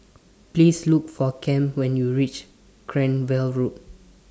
Please Look For Cam when YOU REACH Cranwell Road